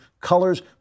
colors